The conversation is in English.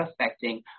affecting